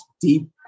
deep